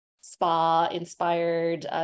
spa-inspired